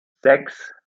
sechs